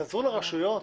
תעזרו לרשויות,